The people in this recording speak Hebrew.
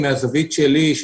מן הזווית שלי,